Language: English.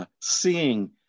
Seeing